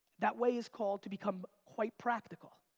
that way is called, to become quite practical.